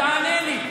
תענה לי.